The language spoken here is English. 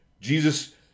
Jesus